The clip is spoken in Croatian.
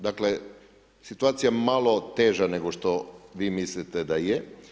Dakle, situacija malo teža nego što vi mislite da je.